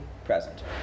Present